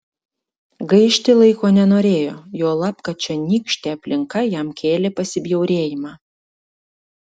gaišti laiko nenorėjo juolab kad čionykštė aplinka jam kėlė pasibjaurėjimą